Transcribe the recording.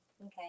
Okay